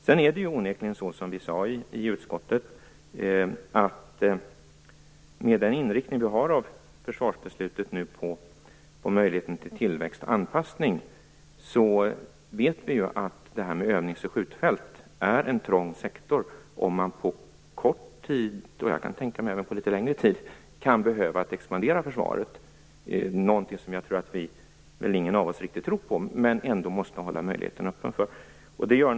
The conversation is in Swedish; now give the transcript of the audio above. Vidare är det onekligen så, som vi sade i utskottet, att övnings och skjutfält, med den inriktning som försvarsbeslutet har på möjligheterna till tillväxt och anpassning, nu är en trång sektor. Man kan på kort eller även på litet längre tid behöva expandera försvaret. Detta är något som väl ingen av oss riktigt tror på, men vi måste ändå hålla öppet för det.